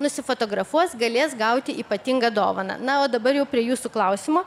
nusifotografuos galės gauti ypatingą dovaną na o dabar jau prie jūsų klausimo